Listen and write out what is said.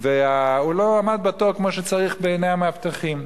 והוא לא עמד בתור כמו שצריך, בעיני המאבטחים.